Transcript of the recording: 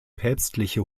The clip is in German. päpstliche